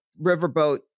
riverboat